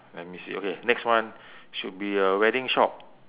let me see okay next one should be a wedding shop